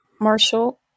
Marshall